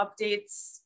updates